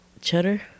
cheddar